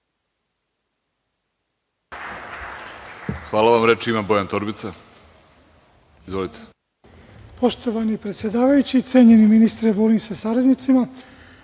Hvala vam. Reč ima Bojan Torbica. Izvolite.